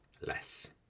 less